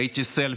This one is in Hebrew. ראיתי סלפי,